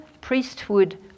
priesthood